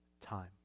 time